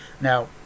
Now